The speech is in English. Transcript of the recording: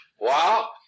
Wow